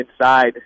inside